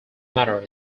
manner